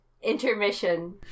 intermission